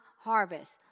harvest